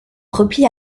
replie